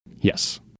Yes